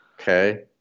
okay